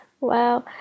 wow